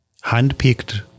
hand-picked